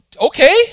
okay